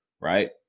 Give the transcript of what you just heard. right